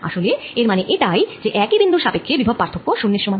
আসলে এর মানে এটাই যে একই বিন্দুর সাপক্ষ্যে বিভব পার্থক্য শুন্যের সমান